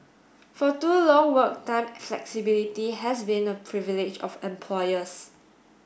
for too long work time flexibility has been a privilege of employers